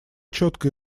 четко